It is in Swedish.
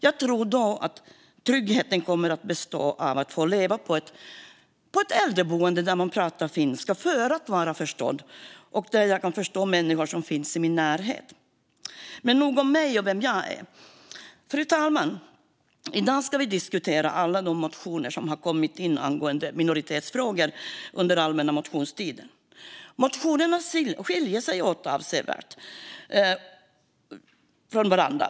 Jag tror då att tryggheten kommer att bestå av att få leva på ett äldreboende där man talar finska för att vara förstådd och där jag kan förstå människor som finns i min närhet. Men nog om mig och vem jag är. Fru talman! I dag ska vi diskutera alla de motioner som har kommit in angående minoritetsfrågor under allmänna motionstiden. Motionerna skiljer sig åt avsevärt från varandra.